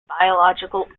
biological